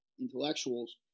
intellectuals